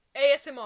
ASMR